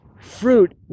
Fruit